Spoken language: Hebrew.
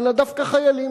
אלא דווקא חיילים,